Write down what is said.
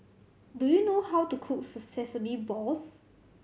do you know how to cook sesame balls